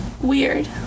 weird